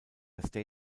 state